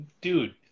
Dude